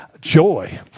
joy